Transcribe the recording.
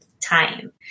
time